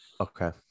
Okay